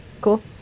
Cool